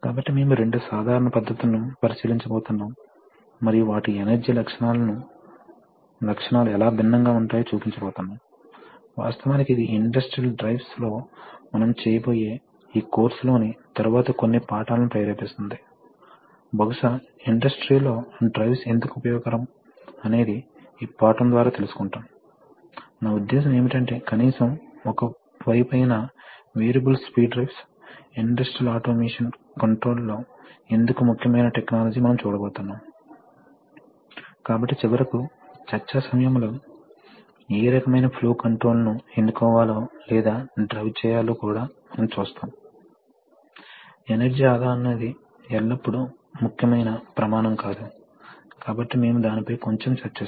కాబట్టి మీకు return tubing అవసరం లేదు కాబట్టి హైడ్రాలిక్స్ కోసం పని ప్రదేశానికి అనగా లోడ్ కి ద్రవాన్ని తీసుకువెళ్ళడానికి మీకు ఒక పైపు లేదా ట్యూబ్ అవసరమని మీరు చూస్తారు మరియు దానిని తీసుకురావడానికి మీకు మరొక పైపు లేదా ట్యూబ్ అవసరం ఇది న్యుమాటిక్ కు అవసరం లేదు ఎందుకంటే మీరు గాలిని ఉపయోగిస్తున్నప్పుడు ఇది ఎక్కువగా జరుగుతుంది ఎందుకంటే మీరు పని ప్రదేశంలోనే వాతావరణానికి నేరుగా దాన్ని ఎగ్జాస్ట్ చేయవచ్చు మరియు అందువల్ల మీరు సగం ట్యూబ్ ఖర్చులను ఆదా చేస్తారు న్యూమాటిక్స్ సాధారణంగా చౌకగా మారడానికి మరొక కారణం ఉంది మీకు ఎలక్ట్రిక్ యాక్చుయేషన్ లేదా హైడ్రాలిక్ యాక్చుయేషన్ తెలుసు